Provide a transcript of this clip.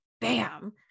bam